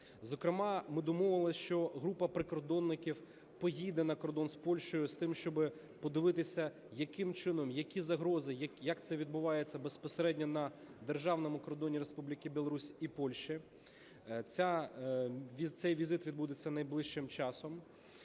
Зокрема, ми домовились, що група прикордонників поїде на кордон з Польщею з тим, щоб подивитися, яким чином, які загрози, як це відбувається безпосередньо на державному кордоні Республіки Білорусь і Польщі. Цей візит відбудеться найближчим часом.